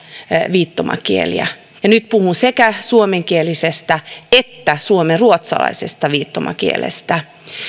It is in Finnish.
viittomakieliä ja nyt puhun sekä suomenkielisestä että suomenruotsalaisesta viittomakielestä